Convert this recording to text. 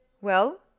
Well